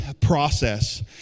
process